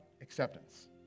acceptance